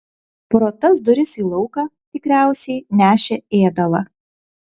pro tas duris į lauką tikriausiai nešė ėdalą